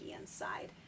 inside